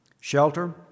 Shelter